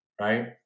Right